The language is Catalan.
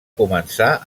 començar